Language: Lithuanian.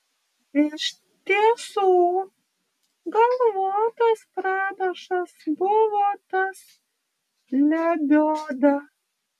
iš tiesų galvotas pranašas buvo tas lebioda